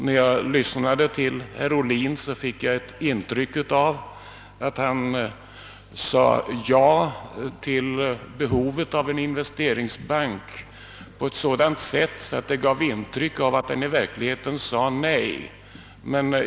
När jag lyssnade till herr Ohlin fick jag intrycket att han sade ja till behovet av en investeringsbank på ett sådant sätt att han gav intryck av att i verkligheten ha sagt nej.